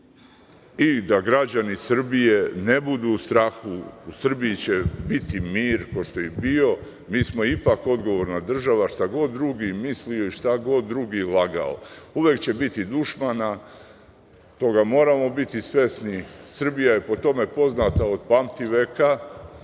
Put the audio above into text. I da građani Srbije ne budu u strahu, u Srbiji će biti mir, kao što je i bio. Mi smo ipak odgovorna država, šta god drugi mislili, šta god drugi lagao. Uvek će biti dušmana, toga moramo biti svesni. Srbija je po tome poznata od pamtiveka.